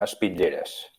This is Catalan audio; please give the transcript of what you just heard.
espitlleres